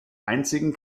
einzigen